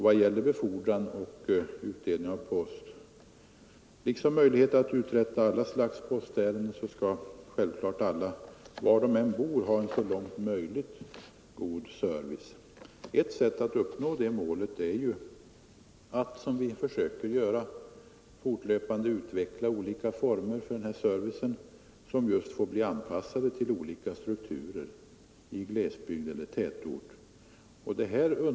Vad gäller befordran och utdelning av post liksom möjlighet att uträtta alla slags postärenden skall självfallet alla människor, var de än bor, ha en så långt möjligt god service. Ett sätt att uppnå det målet är att — som vi försöker göra — fortlöpande utveckla olika former för denna service, former som får anpassas till olika strukturer i glesbygd och tätort.